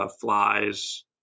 Flies